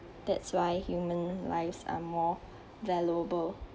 that's why human lives are more valuable